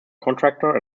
contractor